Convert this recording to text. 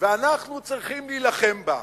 ואנחנו צריכים להילחם בה,